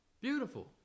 Beautiful